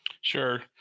Sure